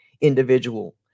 individual